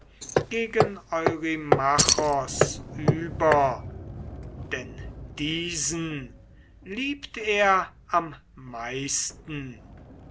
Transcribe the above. gegen eurymachos über denn diesen liebt er am meisten